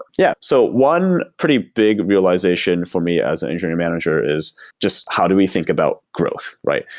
yeah, so one pretty big realization for me as an engineering manager is just how do we think about growth, right?